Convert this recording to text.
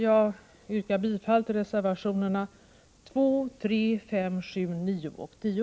Jag yrkar bifall till reservationerna 2, 3, 5, 7, 9 och 10.